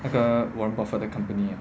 那个 warren buffett 的 company